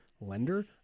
lender